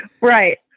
Right